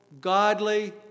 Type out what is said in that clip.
godly